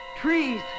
Trees